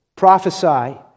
Prophesy